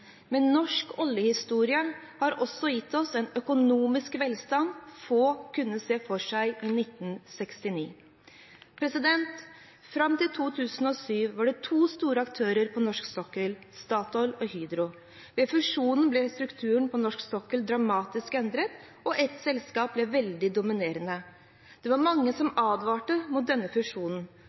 men norsk oljehistorie har også gitt oss en økonomisk velstand få kunne se for seg i 1969. Fram til 2007 var det to store aktører på norsk sokkel: Statoil og Hydro. Ved fusjonen ble strukturen på norsk sokkel dramatisk endret, og ett selskap ble veldig dominerende. Det var mange som advarte mot denne fusjonen,